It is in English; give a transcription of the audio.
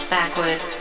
Backward